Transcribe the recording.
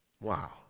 Wow